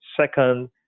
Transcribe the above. second